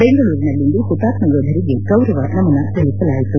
ಬೆಂಗಳೂರಿನಲ್ಲಿಂದು ಪುತಾತ್ಮ ಯೋಧರಿಗೆ ಗೌರವ ನಮನ ಸಲ್ಲಿಸಲಾಯಿತು